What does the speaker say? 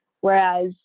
Whereas